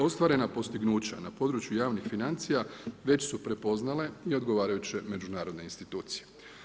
Ostvarena postignuća na području javnih financija već su prepoznale i odgovarajuće međunarodne institucije.